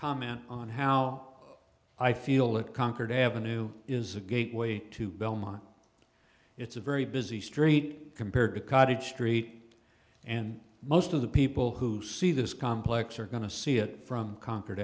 comment on how i feel that concord avenue is a gateway to belmont it's a very busy street compared to cottage street and most of the people who see this complex are going to see it from con